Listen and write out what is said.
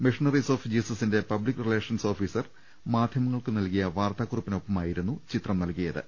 missionaries of ജീസ സിന്റെ public relations officer മാധ്യമങ്ങൾക്ക് നൽകിയ വാർത്താ കുറിപ്പിനൊപ്പമായിരുന്നു ചിത്രം നൽകിയത്